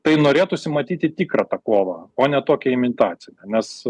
tai norėtųsi matyti tikrą tą kovą o ne tokią imitaciją nes